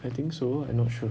I think so I not sure